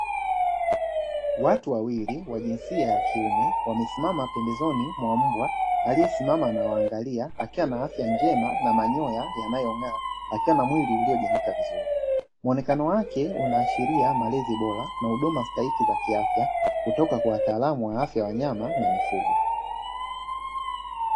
Watu wawili wa jinsia ya kiume, wamesimama pembezoni mwa mbwa aliyesimama anawaangalia, akiwa na afya njema na manyoya yanayong'aa akiwa na mwili uliojirika vizuri. Muonekano wake unaashiria malezi bora na huduma stahiki za kiafya, kutoka kwa wataalamu wa afya ya wanyama na mifugo.